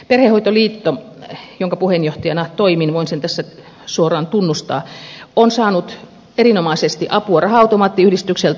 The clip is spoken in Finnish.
perhehoitoliitto jonka puheenjohtajana toimin voin sen tässä suoraan tunnustaa on saanut erinomaisesti apua raha automaattiyhdistykseltä